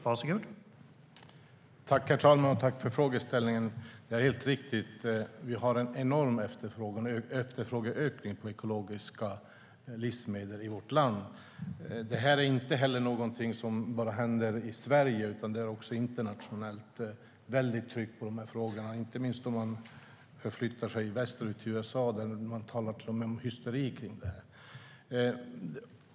Herr talman! Tack för frågan! Det är helt riktigt att vi har en enorm efterfrågeökning på ekologiska livsmedel i vårt land. Det är inte något som händer bara i Sverige, utan det är också internationellt ett stort tryck på de här frågorna, inte minst om man förflyttar sig västerut till USA, där man talar om en hysteri kring detta.